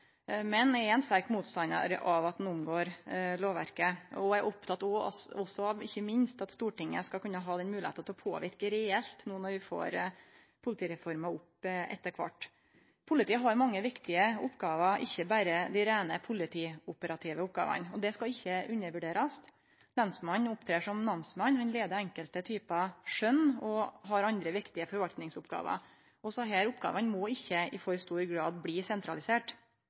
Men eg er ein sterk motstandar av at ein omgår lovverket, og eg er også ikkje minst oppteken av at Stortinget skal kunne ha moglegheita til å påverke reelt når vi får politireforma opp etter kvart. Politiet har mange viktige oppgåver – ikkje berre dei reine politioperative oppgåvene – og det skal ikkje undervurderast. Lensmannen opptrer som namsmann, leier enkelte typar skjønn og har andre viktige forvaltningsoppgåver, og desse oppgåvene må ikkje i for stor grad bli